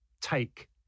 take